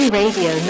radio